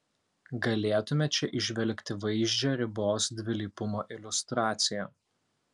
galėtume čia įžvelgti vaizdžią ribos dvilypumo iliustraciją